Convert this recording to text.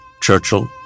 Churchill